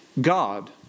God